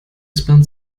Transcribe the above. spent